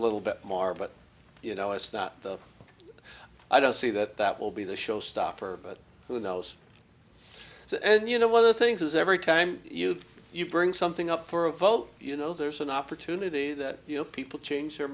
little bit more but you know it's not i don't see that that will be the showstopper but who knows and you know one of the things is every time you bring something up for a vote you know there's an opportunity that you know people change their